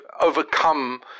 overcome